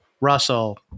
Russell